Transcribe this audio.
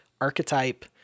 archetype